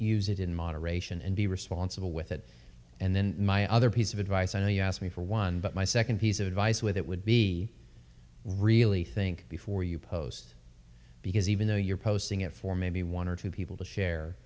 use it in moderation and be responsible with it and then my other piece of advice i know you asked me for one but my second piece of advice with it would be really think before you post because even though you're posting it for maybe one or two people to share